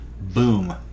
Boom